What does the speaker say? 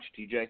TJ